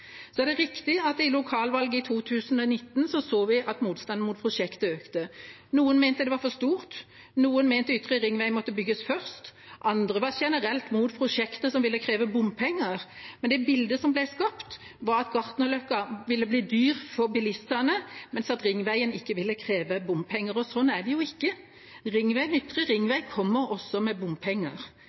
økte. Noen mente det var for stort. Noen mente Ytre ringvei måtte bygges først, andre var generelt mot prosjekter som ville kreve bompenger. Men det bildet som ble skapt, var at Gartnerløkka ville bli dyrt for bilistene, mens ringveien ikke ville kreve bompenger. Slik er det ikke. Ytre ringvei kommer også med bompenger.